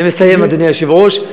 אני מסיים, אדוני היושב-ראש.